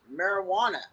marijuana